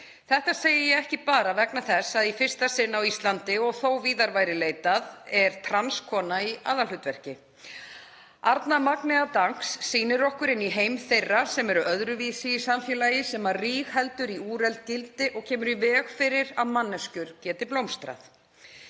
Þetta segi ég ekki bara vegna þess að í fyrsta sinn á Íslandi og þótt víðar væri leitað er trans kona í aðalhlutverki. Arna Magnea Danks sýnir okkur inn í heim þeirra sem eru öðruvísi í samfélagi sem rígheldur í úrelt gildi og kemur í veg fyrir að manneskjur geti blómstrað.